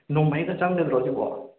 ꯅꯣꯡꯃꯩꯒ ꯆꯪꯒꯗ꯭ꯔꯣ ꯑꯁꯤꯕꯣ